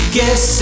Guess